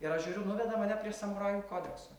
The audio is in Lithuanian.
ir aš žiūriu nuveda mane prie samurajų kodekso